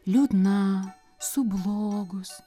liūdna sublogus